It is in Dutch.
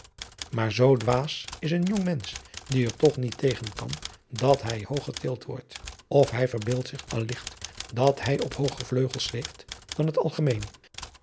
maar zoo dwaas is een jong mensch die er toch niet tegen kan dat hij hoog getild wordt of hij verbeeldt zich al ligt dat hij op hooger vleugels zweeft dan het algemeen